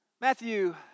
Matthew